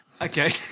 Okay